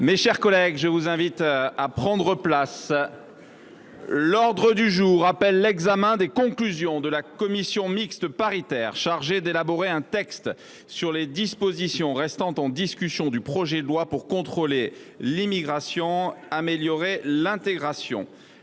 est suspendue. La séance est reprise. L’ordre du jour appelle l’examen des conclusions de la commission mixte paritaire chargée d’élaborer un texte sur les dispositions restant en discussion du projet de loi pour contrôler l’immigration, améliorer l’intégration